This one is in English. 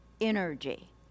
energy